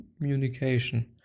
communication